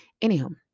Anywho